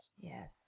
Yes